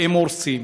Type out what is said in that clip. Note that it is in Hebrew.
הם הורסים.